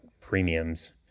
premiums